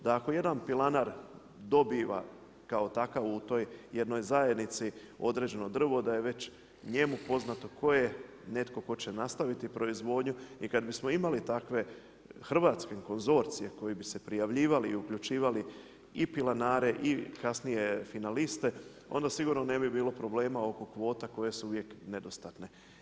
Da ako jedan pilanar dobiva kao takav u toj jednoj zajednici, određeno drvo, da je već njemu poznato tko je netko tko će nastaviti proizvodnju i kad bismo imali takve hrvatske konzorcije, koji bi se prijavljivali i uključivali i pilanare i kasnije finaliste, onda sigurno ne bi bilo problema oko kvota koje su uvijek nedostatne.